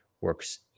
works